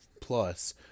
plus